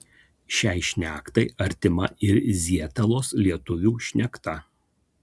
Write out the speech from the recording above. šiai šnektai artima ir zietelos lietuvių šnekta